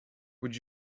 would